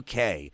UK